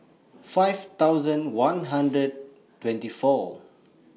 five thousand one hundred twenty four